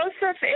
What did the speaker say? Joseph